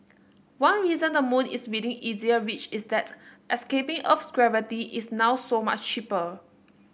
one reason the moon is within easier reach is that escaping Earth's gravity is now so much cheaper